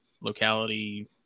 locality